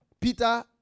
Peter